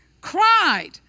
cried